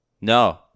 No